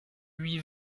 lui